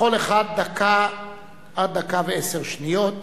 לכל אחד דקה עד דקה ועשר שניות.